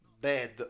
bad